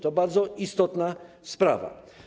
To bardzo istotna sprawa.